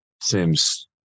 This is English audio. Seems